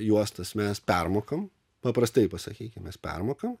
juostas mes permokam paprastai pasakykim mes permokam